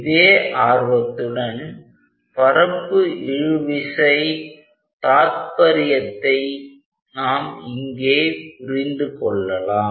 இதே ஆர்வத்துடன் பரப்பு இழுவிசை தாத்பரியத்தை இங்கே நாம் புரிந்து கொள்ளலாம்